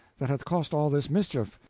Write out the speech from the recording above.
that hath caused all this mischief.